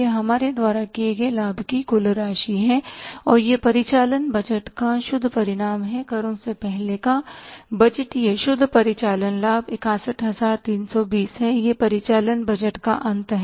यह हमारे द्वारा किए गए लाभ की कुल राशि है और यह परिचालन बजट का शुद्ध परिणाम है करों से पहले का बजटीय शुद्ध परिचालन लाभ 61320 है यह परिचालन बजट का अंत है